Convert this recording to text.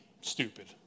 stupid